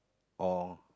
or